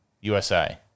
USA